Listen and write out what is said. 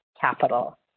capital